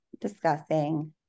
discussing